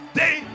day